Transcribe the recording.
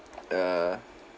err